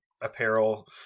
apparel